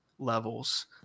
levels